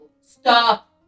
Stop